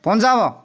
Punjab